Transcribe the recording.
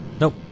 Nope